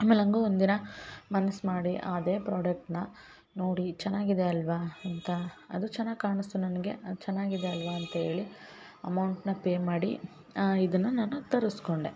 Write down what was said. ಆಮೇಲೆ ನನಗೂ ಒಂದಿನ ಮನ್ಸು ಮಾಡಿ ಅದೇ ಪ್ರಾಡಕ್ಟ್ನ ನೋಡಿ ಚೆನ್ನಾಗಿದೆ ಅಲ್ಲವಾ ಅಂತ ಅದು ಚೆನ್ನಾಗ್ ಕಾಣಸ್ತು ನನಗೆ ಅದು ಚೆನ್ನಾಗಿದೆ ಅಲ್ಲವಾ ಅಂತ ಹೇಳಿ ಅಮೌಂಟ್ನ ಪೇ ಮಾಡಿ ಇದನ್ನ ನಾನು ತರಸ್ಕೊಂಡೆ